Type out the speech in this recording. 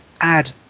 add